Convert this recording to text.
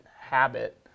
habit